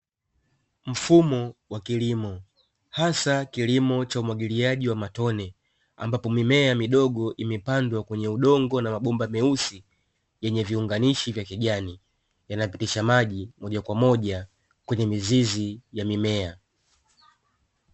Mfumo wa kilimo hasa mfumo wa matone, ambapo mimea mimea midogo imepandwa kwenye udongo na mabomba meusi yenye viunganishi vya kijani, yanapitisha maji moja kwa moja kwenye mizizi ya mimea.